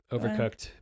Overcooked